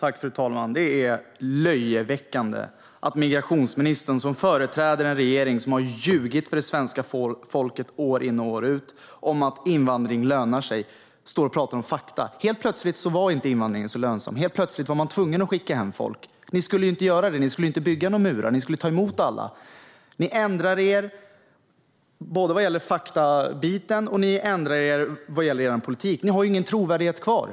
Fru talman! Det är löjeväckande att migrationsministern, som företräder en regering som har ljugit för svenska folket år in och år ut om att invandring lönar sig, står och pratar om fakta. Helt plötsligt var invandringen inte så lönsam. Helt plötsligt var man tvungen att skicka hem folk. Ni skulle ju inte göra det, Heléne Fritzon. Ni skulle inte bygga några murar. Ni skulle ta emot alla. Ni ändrar er både vad gäller faktabiten och vad gäller er politik. Ni har ingen trovärdighet kvar.